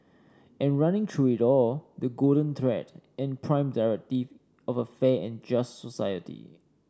and running through it all the golden thread and prime directive of a fair and just society